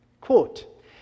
Quote